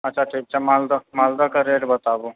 अच्छा ठीक छै मालदह मालदह के रेट बताबू